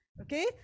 Okay